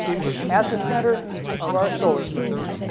was at the center of our solar system,